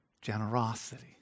generosity